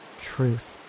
truth